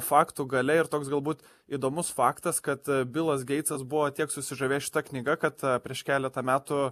faktų galia ir toks galbūt įdomus faktas kad bilas geitsas buvo tiek susižavėjęs šita knyga kad prieš keletą metų